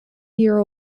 year